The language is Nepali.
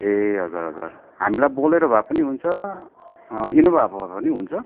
ए हजु हजुर हामीलाई बोलेरो भए पनि हुन्छ इनोभा भए पनि हुन्छ